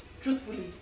truthfully